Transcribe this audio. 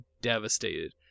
devastated